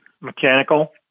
mechanical